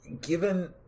given